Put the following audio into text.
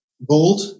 bold